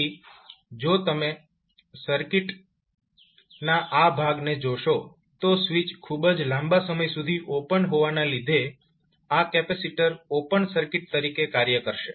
તેથી જો તમે સર્કિટના આ ભાગને જોશો તો સ્વિચ ખૂબ જ લાંબા સમય સુધી ઓપન હોવાના લીધે આ કેપેસિટર ઓપન સર્કિટ તરીકે કાર્ય કરશે